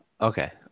Okay